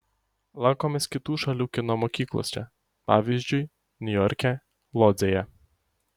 lankomės kitų šalių kino mokyklose pavyzdžiui niujorke lodzėje